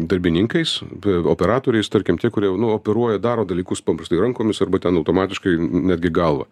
darbininkais be operatoriais tarkim tie kurie nu operuoja daro dalykus paprastai rankomis arba ten automatiškai netgi galva